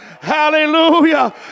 Hallelujah